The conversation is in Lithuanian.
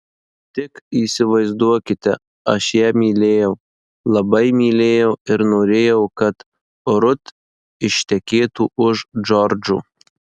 tik įsivaizduokite aš ją mylėjau labai mylėjau ir norėjau kad rut ištekėtų už džordžo